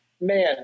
Man